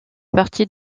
partie